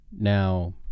Now